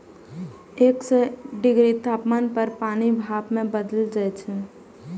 एक सय डिग्री तापमान पर पानि भाप मे बदलि जाइ छै